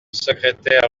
secrétaire